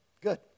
Good